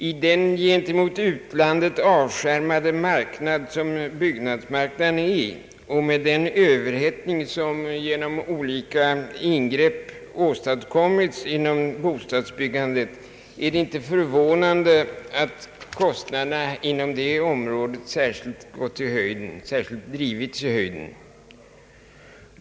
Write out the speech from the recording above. I den gentemot utlandet avskärmade marknad som byggnadsmarknaden utgör och med den överhettning som genom olika ingrepp åstadkommits inom bostadsbyggandet är det inte förvånande, att kostnaderna på det området särskilt drivits i höjden.